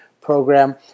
program